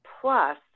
plus